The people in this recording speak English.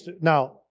Now